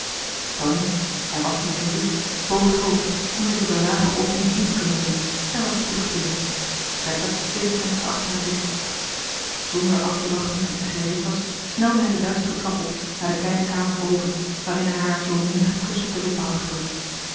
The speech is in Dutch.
tonie hij was t natuurlijk boog het hoofd om zich door de lage opening heen te kunnen wringen en was spoedig binnen bertha deed het venster achter hem dicht marcellus emants een drietal novellen zonder aftewachten dat zij gereed was snelde hij de duistere trap op naar de kleine kamer boven waarin hij haar zoo menigen kus op de lippen had gedrukt